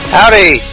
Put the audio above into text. Howdy